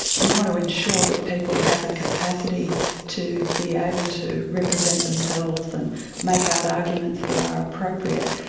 you want to ensure that people have a capacity to be able to represent themselves and make out arguments that are appropriate.